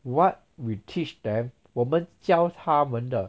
what we teach them 我们教他们的